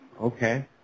Okay